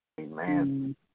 Amen